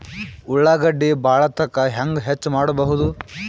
ಉಳ್ಳಾಗಡ್ಡಿ ಬಾಳಥಕಾ ಹೆಂಗ ಹೆಚ್ಚು ಮಾಡಬಹುದು?